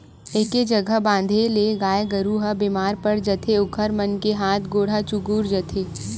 एके जघा बंधाए ले गाय गरू ह बेमार पड़ जाथे ओखर मन के हात गोड़ ह चुगुर जाथे